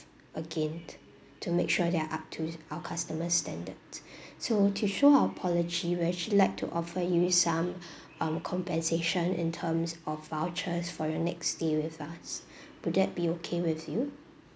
again to make sure they are up to our customers' standards so to show our apology we actually like to offer you some um compensation in terms of vouchers for your next stay with us would that be okay with you